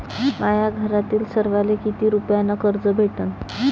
माह्या घरातील सर्वाले किती रुप्यान कर्ज भेटन?